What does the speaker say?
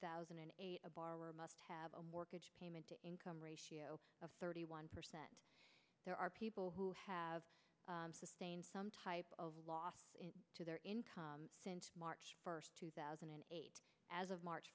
thousand and eight a borrower must have a mortgage payment to income ratio of thirty one percent there are people who have sustained some type of loss to their income since march first two thousand and eight as of march